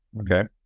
Okay